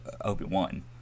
Obi-Wan